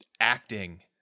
acting